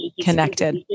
connected